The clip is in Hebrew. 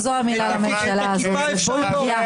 את הכיפה אפשר להוריד,